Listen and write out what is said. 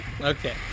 Okay